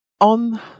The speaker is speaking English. On